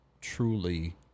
truly